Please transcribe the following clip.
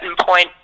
point